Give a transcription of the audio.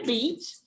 Beach